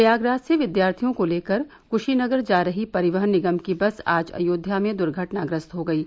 प्रयागराज से विद्यार्थियों को लेकर क्शीनगर जा रही परिवहन निगम की बस आज अयोध्या में द्र्घटनाग्रस्त हो गयी